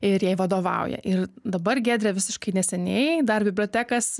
ir jai vadovauja ir dabar giedrė visiškai neseniai dar bibliotekas